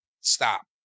stop